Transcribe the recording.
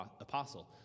apostle